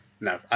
No